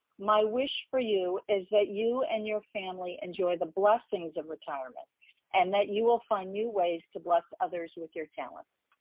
my wish for you is that you and your family enjoy the blessings of retirement and that you will find new ways to bless others with your talents.